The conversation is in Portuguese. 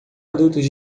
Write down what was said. adultos